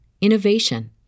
innovation